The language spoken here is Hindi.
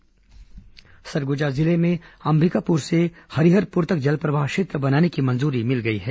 सरगुजा कॉरिडोर सरगुजा जिले में अंबिकापुर से हरिहरपुर तक जलप्रवाह क्षेत्र बनाने की मंजूरी मिल गई है